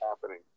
happening